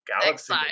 galaxy